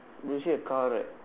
you can see a car right